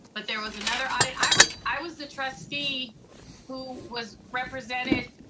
but there was another audit. i was i was the trustee who was represented.